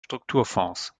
strukturfonds